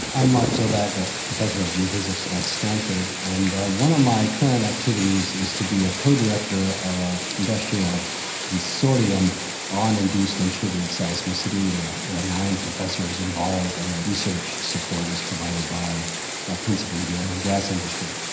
i'm mark zoback, a professor of geophysics at stanford, and one of my current activities is to be a co-director of an industrial consortium on induced and triggered seismicity. there there are nine professors involved and research support is provided by ah principally the oil and gas industry.